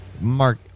Mark